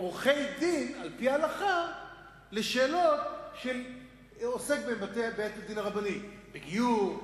עורכי-דין על-פי ההלכה לשאלות שעוסק בהם בית-הדין הרבני: בגיור,